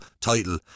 title